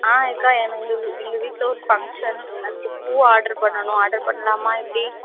ஆ அக்கா எங் எங்கள் எங்கள் வீட்டில் ஒரு ஃபங்க்ஷன் அதுக்கு பூ ஆட்ரு பண்ணணும் ஆடர் பண்ணலாமா எப்படி